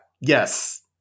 yes